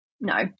no